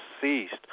ceased